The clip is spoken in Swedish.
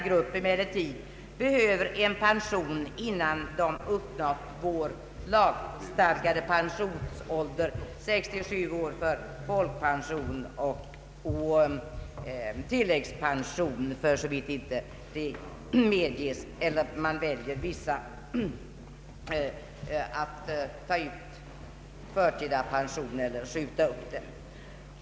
vidgad förtidspensionering, m.m. grupp behöver en förtidspension innan de har uppnått den lagstadgade pensionsåldern, d.v.s. 67 år för folkpension och tilläggspension, för så vitt de inte väljer att ta ut förtida pension eller att skjuta upp pensionen.